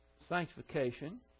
sanctification